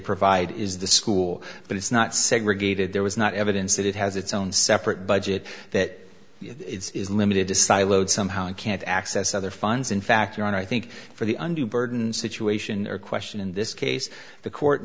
provide is the school but it's not segregated there was not evidence that it has its own separate budget that it's limited to siloed somehow i can't access other funds in fact your honor i think for the undue burden situation or question in this case the court